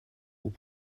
aux